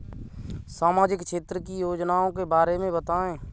सामाजिक क्षेत्र की योजनाओं के बारे में बताएँ?